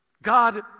God